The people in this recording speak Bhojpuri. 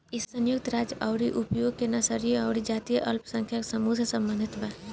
इ संयुक्त राज्य अउरी यूरोप में नस्लीय अउरी जातीय अल्पसंख्यक समूह से सम्बंधित बा